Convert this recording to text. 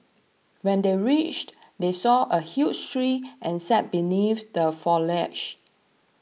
when they reached they saw a huge tree and sat beneath the foliage